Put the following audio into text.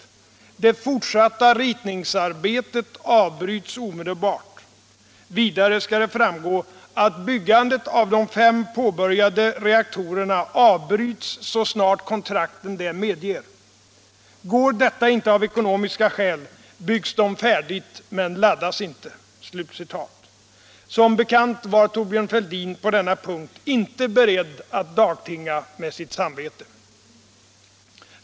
Det fortsatta ritningsarbetet avbryts omedelbart. Vidare ska det framgå, att byggandet av de fem påbörjade reaktorerna avbryts så snart kontrakten det medger. Går detta inte av ekonomiska skäl, byggs de färdigt men laddas inte.” Som bekant var Thorbjörn Fälldin på denna punkt inte beredd att dagtinga med sitt samvete.